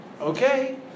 okay